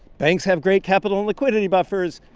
banks have great capital and liquidity buffers.